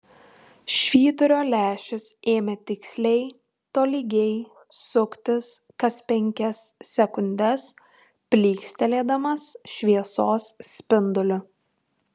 švyturio lęšis ėmė tiksliai tolygiai suktis kas penkias sekundes plykstelėdamas šviesos spinduliu